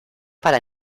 para